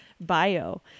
bio